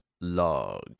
Log